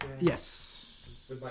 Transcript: Yes